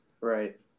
Right